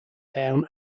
town